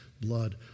blood